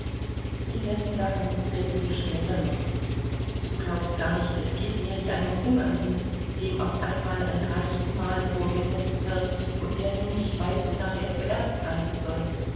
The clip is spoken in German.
indessen davon reden wir später noch du glaubst gar nicht es geht mir wie einem hungernden dem auf einmal ein reiches mahl vorgesetzt wird und der nun nicht weiß wonach er zuerst greifen soll